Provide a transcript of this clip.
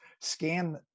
scan